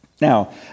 Now